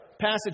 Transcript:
passage